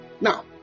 now